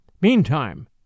Meantime